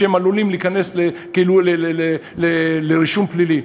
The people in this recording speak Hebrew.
שהם עלולים להיכנס כאילו לרישום פלילי?